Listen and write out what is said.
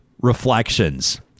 reflections